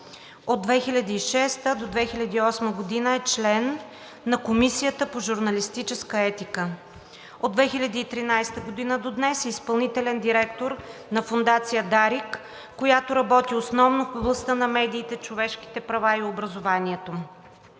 От 2006-а до 2008 г. е член на Комисията по журналистическа етика. От 2013 г. до днес е изпълнителен директор на Фондация „Дарик“, която работи основно в областта на медиите, човешките права и образованието.